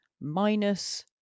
Minus